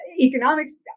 economics